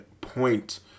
point